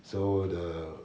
so the